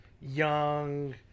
Young